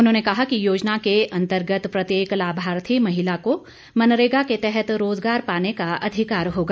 उन्होंने कहा कि योजना के तहत प्रत्येक लाभार्थी महिला को मनरेगा के अंतर्गत रोजगार पाने का अधिकार होगा